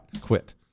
quit